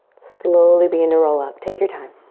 slowly begin to roll up, take your time.